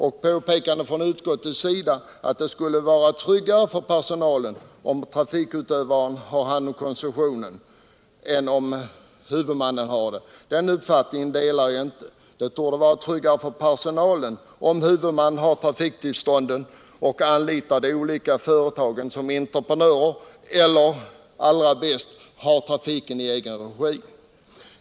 Utskottets uppfattning att det skulle vara tryggare för personalen om trafikutövaren hade hand om koncessionerna än om huvudmannen har det delar jag inte. Det torde vara tryggare för personalen om huvudmannen har trafiktillståndet och anlitar de olika trafikföretagen som entreprenörer eller, det allra bästa, driver trafiken i egen regi.